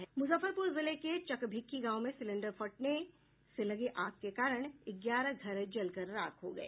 मुजफ्फरपुर जिले के चकभिक्की गांव में सिलेंडर फटने से लगे आग के कारण ग्यारह घर जल कर राख हो गये